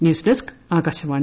ന്യൂസ്ഡെസ്ക്ആകാശവാണി